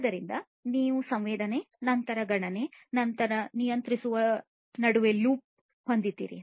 ಆದ್ದರಿಂದ ನೀವು ಸಂವೇದನೆ ನಂತರ ಗಣನೆ ಮತ್ತು ನಂತರ ನಿಯಂತ್ರಿಸುವ ನಡುವೆ ಲೂಪ್ ಹೊಂದಿದ್ದೀರಿ